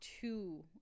two